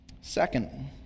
Second